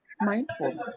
mindful